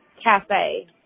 cafe